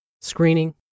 screening